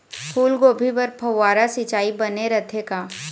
फूलगोभी बर फव्वारा सिचाई बने रथे का?